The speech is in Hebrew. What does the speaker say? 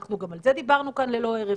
גם על זה דיברנו כאן ללא הרף.